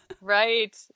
Right